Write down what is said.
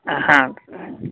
ಹಾಂ ಹಾಂ